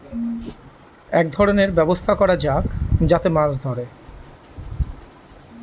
এক ধরনের ব্যবস্থা করা যাক যাতে মাছ ধরে